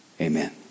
Amen